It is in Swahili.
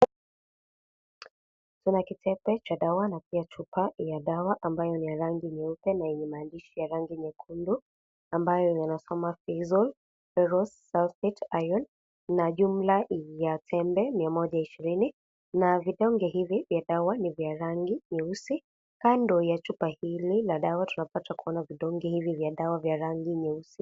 Kuna kitebe cha dawa na pia chupa ya dawa ambayo ni ya rangi nyeupe na yenye maandishi ya rangi nyekundu ambayo yanasoma Feosol Ferrous Sulfate Iron na jumla ya tembe mia moja ishirini na vidonge hivi ni vya rangi nyeusi kando ya chupa hili la dawa tunapata kuona vidonge hivi vya rangi nyeusi.